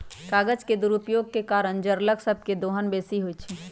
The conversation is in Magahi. कागज के दुरुपयोग के कारण जङगल सभ के दोहन बेशी होइ छइ